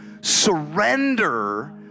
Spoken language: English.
surrender